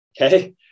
okay